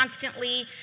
constantly